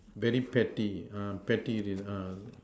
very petty uh petty uh